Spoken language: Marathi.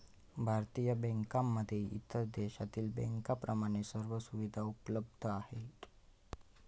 भारतीय बँकांमध्ये इतर देशातील बँकांप्रमाणे सर्व सुविधा उपलब्ध आहेत